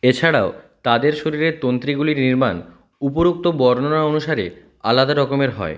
এছাড়াও তাদের শরীরের তন্ত্রীগুলির নির্মাণ উপরুক্ত বর্ণনা অনুসারে আলাদা রকমের হয়